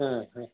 हं हा